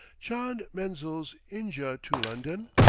chand menzils inja to london?